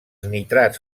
nitrats